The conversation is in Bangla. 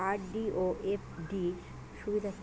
আর.ডি ও এফ.ডি র সুবিধা কি?